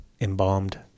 embalmed